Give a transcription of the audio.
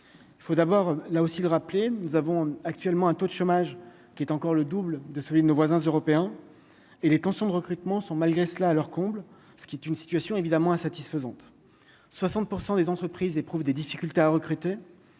il faut d'abord là aussi le rappeler, nous avons actuellement un taux de chômage qui est encore le double de celui de nos voisins européens et les tensions de recrutement sont malgré cela à leur comble ce qui est une situation évidemment satisfaisante 60 % des entreprises éprouvent des difficultés à recruter